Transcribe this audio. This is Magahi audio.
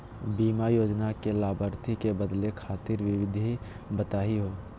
बीमा योजना के लाभार्थी क बदले खातिर विधि बताही हो?